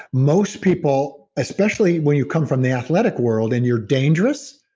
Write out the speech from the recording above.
most people, especially when you come from the athletic world, and you're dangerous,